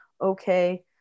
okay